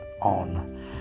on